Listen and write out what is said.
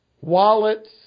wallets